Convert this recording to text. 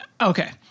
Okay